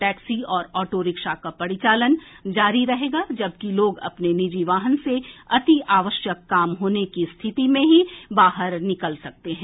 taxi और auto rickshaw का परिचालन जारी रहेगा जबकि लोग अपने निजी वाहन से अति आवश्यक काम होने की रिथति में ही बाहर निकल सकते हैं